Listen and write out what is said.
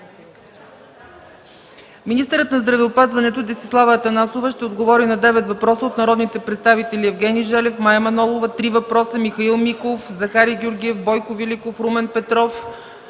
Министърът на здравеопазването Десислава Атанасова ще отговори на девет въпроса от народните представители Евгений Желев, Мая Манолова – три въпроса, Михаил Миков, Захари Георгиев, Бойко Великов, Румен Петков